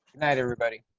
night, everybody.